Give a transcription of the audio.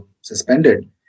suspended